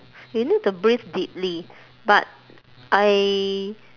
you need to breathe deeply but I